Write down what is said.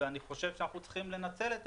ואני חושב שאנחנו צריכים לנצל את